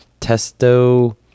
Testo